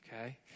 okay